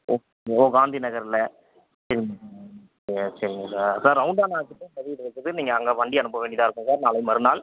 ஓ காந்திநகரில் சரிங் சரி சரிங்க சார் சார் ரவுண்டானா நீங்கள் அங்கே வண்டி அனுப்ப வேண்டியதாக இருக்கும் சார் நாளை மறுநாள்